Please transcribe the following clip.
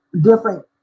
different